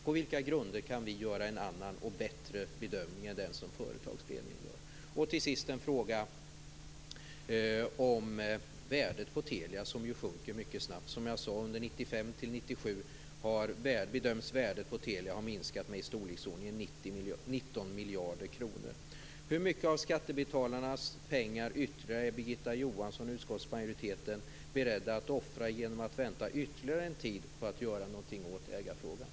På vilka grunder kan vi göra en annan och bättre bedömning än den som företagsledningen gör? Till sist en fråga om värdet på Telia, som ju sjunker mycket snabbt. Som jag sade bedöms värdet från 1995 till 1997 ha minskat med i storleksordningen 19 Hur mycket mer av skattebetalarnas pengar är Birgitta Johansson och utskottsmajoriteten beredda att offra genom att vänta ytterligare en tid med att göra något åt ägarfrågan?